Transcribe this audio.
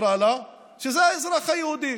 נקרא לה, שזה האזרח היהודי.